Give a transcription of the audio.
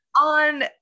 On